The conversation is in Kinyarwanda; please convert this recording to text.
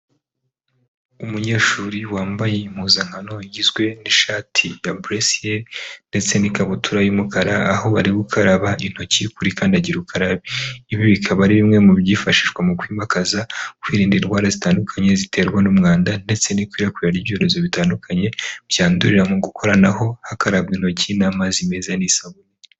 Umunyeshuri wambaye impuzankano igizwe n'ishati ya breciel ndetse n'ikabutura y'umukara aho bari gukaraba intoki kurikandagira ukara ibi bikaba ari bimwe mu byifashishwa mu kwimakaza kwirinda indwara zitandukanye ziterwa n'umwanda ndetse n'ikwirakwira ry'ibyorezo bitandukanye byandurira mu gukoranaho hakarabwa intoki n'amazi meza n'isabune.